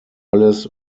alles